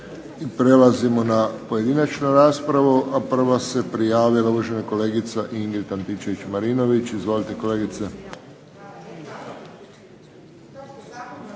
Prelazimo na pojedinačnu raspravu, a prva se prijavila uvažena kolegica Ingrid Antičević-Marinović. Izvolite, kolegice.